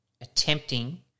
attempting